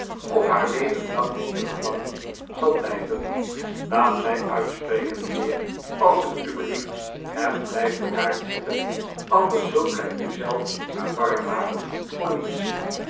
of haar leven lang hier gevangen zal blijven laat mij uitspreken mijnheer als het u belief t en blijf bedaard zitten anders zult gij u zelf maar warm maken voor niets